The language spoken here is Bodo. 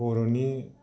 बर'नि